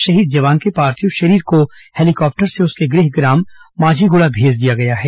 शहीद जवान के पार्थिव शरीर को हेलीकॉप्टर से उनके गृहग्राम मांझीगुड़ा भेज दिया गया है